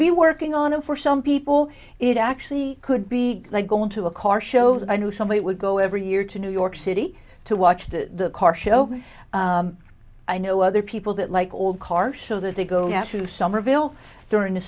be working on it for some people it actually could be like going to a car show that i knew somebody would go every year to new york city to watch the car show i know other people that like all car show that they go yes to somerville during the